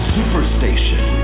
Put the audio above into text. Superstation